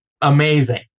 amazing